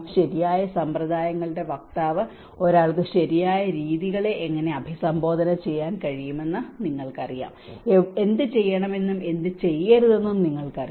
ശരിയായ സമ്പ്രദായങ്ങളുടെ വക്താവ് ഒരാൾക്ക് ശരിയായ രീതികളെ എങ്ങനെ അഭിസംബോധന ചെയ്യാമെന്ന് നിങ്ങൾക്കറിയാം എന്തുചെയ്യണമെന്നും എന്തുചെയ്യരുതെന്നും നിങ്ങൾക്കറിയാം